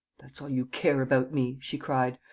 that's all you care about me! she cried.